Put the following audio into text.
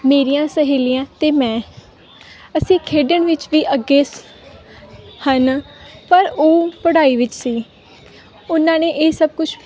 ਮੇਰੀਆਂ ਸਹੇਲੀਆਂ ਅਤੇ ਮੈਂ ਅਸੀਂ ਖੇਡਣ ਵਿੱਚ ਵੀ ਅੱਗੇ ਸ ਹਨ ਪਰ ਉਹ ਪੜ੍ਹਾਈ ਵਿੱਚ ਸੀ ਉਹਨਾਂ ਨੇ ਇਹ ਸਭ ਕੁਛ